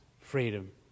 freedom